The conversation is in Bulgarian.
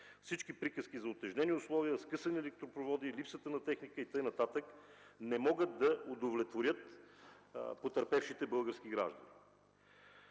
Всички приказки за утежнени условия, скъсани електропроводи, липса на техника и така нататък, не могат да удовлетворят потърпевшите български граждани.